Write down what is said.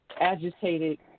agitated